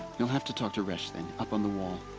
you'll have to talk to resh then, up on the wall.